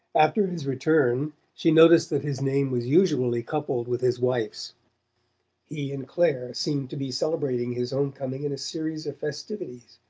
after his return she noticed that his name was usually coupled with his wife's he and clare seemed to be celebrating his home-coming in a series of festivities,